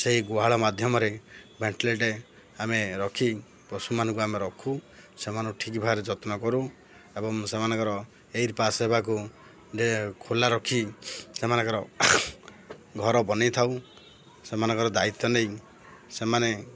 ସେଇ ଗୁହାଳ ମାଧ୍ୟମରେ ଭେଣ୍ଟିଲେଟେ ଆମେ ରଖି ପଶୁମାନଙ୍କୁ ଆମେ ରଖୁ ସେମାନଙ୍କୁ ଠିକ୍ ଭାବରେ ଯତ୍ନ କରୁ ଏବଂ ସେମାନଙ୍କର ସେବାକୁ ଖୋଲା ରଖି ସେମାନଙ୍କର ଘର ବନେଇଥାଉ ସେମାନଙ୍କର ଦାୟିତ୍ୱ ନେଇ ସେମାନେ